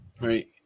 Right